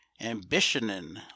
ambitionin